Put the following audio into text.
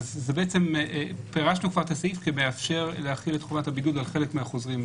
בעצם פירשנו כבר את הסעיף כמאפשר להחיל את חובת הבידוד על חלק מהחוזרים,